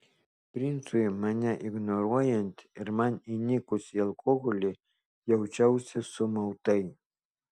princui mane ignoruojant ir man įnikus į alkoholį jaučiausi sumautai